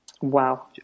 wow